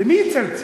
למי יצלצל?